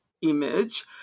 image